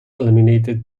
eliminated